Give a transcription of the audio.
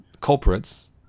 culprits